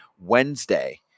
Wednesday